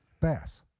Bass